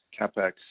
CapEx